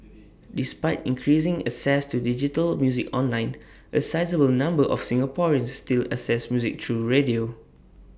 despite increasing access to digital music online A sizeable number of Singaporeans still access music through radio